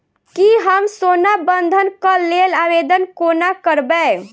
की हम सोना बंधन कऽ लेल आवेदन कोना करबै?